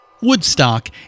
Woodstock